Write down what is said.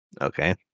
Okay